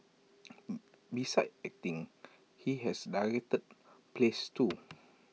besides acting he has directed plays too